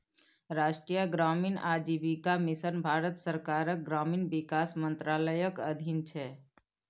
राष्ट्रीय ग्रामीण आजीविका मिशन भारत सरकारक ग्रामीण विकास मंत्रालयक अधीन छै